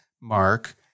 Mark